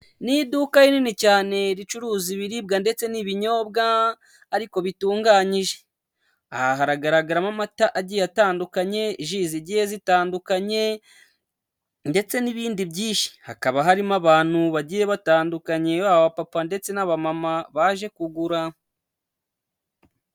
Ni iduka rinini cyane ricuruza ibiribwa ndetse n'ibinyobwa, ariko bitunganyije. Aha haragaragaramo amata agiye atandukanye, ji zigiye zitandukanye, ndetse n'ibindi byinshi. Hakaba harimo abantu bagiye batandukanye baba abapapa ndetse n'abamama baje kugura.